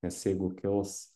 nes jeigu kils